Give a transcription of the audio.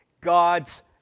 God's